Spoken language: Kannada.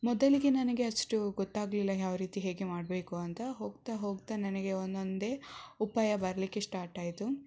ಮೊದಲಿಗೆ ನನಗೆ ಅಷ್ಟು ಗೊತ್ತಾಗಲಿಲ್ಲ ಯಾವ ರೀತಿ ಹೇಗೆ ಮಾಡಬೇಕು ಅಂತ ಹೋಗ್ತಾ ಹೋಗ್ತಾ ನನಗೆ ಒಂದೊಂದೇ ಉಪಾಯ ಬರಲಿಕ್ಕೆ ಸ್ಟಾರ್ಟ್ ಆಯಿತು